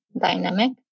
dynamic